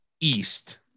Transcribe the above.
East